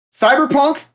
Cyberpunk